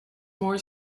more